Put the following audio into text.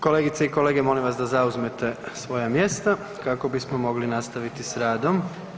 Kolegice i kolege, molim vas da zauzmete svoja mjesta kako bismo mogli nastaviti s radom.